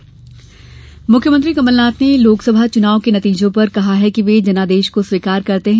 कमलनाथ प्रतिक्रिया मुख्यमंत्री कमलनाथ ने लोकसभा चुनाव के नतीजों पर कहा है कि वे जनादेश को स्वीकार करते हैं